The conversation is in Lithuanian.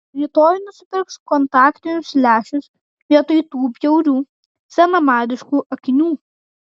rytoj nusipirks kontaktinius lęšius vietoj tų bjaurių senamadiškų akinių